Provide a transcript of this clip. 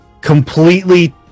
completely